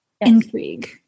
intrigue